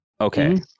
Okay